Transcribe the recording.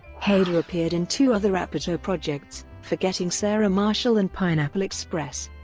hader appeared in two other apatow projects forgetting sarah marshall and pineapple express.